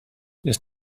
jest